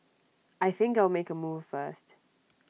I think I'll make A move first